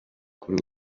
kuri